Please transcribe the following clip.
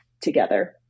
together